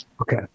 okay